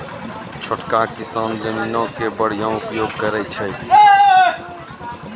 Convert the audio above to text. छोटका किसान जमीनो के बढ़िया उपयोग करै छै